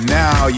now